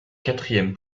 quatrième